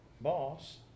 boss